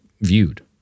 viewed